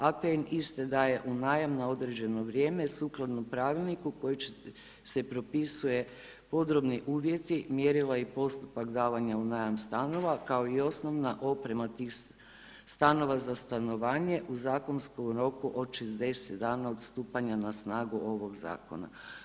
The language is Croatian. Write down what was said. APN iste daje u najam na određeno vrijeme sukladno pravilniku kojim se propisuje podrobni uvjeti, mjerila i postupak davanja u najam stanova, kao i osnovna oprema tih stanova za stanovanje u zakonskom roku od 60 dana od stupanja na snagu ovog zakona.